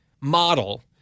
model